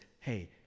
hey